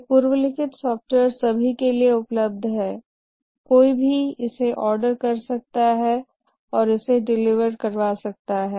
ये पूर्व लिखित सॉफ़्टवेयर सभी के लिए उपलब्ध हैं कोई भी इसे ऑर्डर कर सकता है और इसे डिलीवर करवा सकता है